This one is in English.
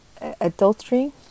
adultery